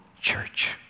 church